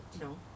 No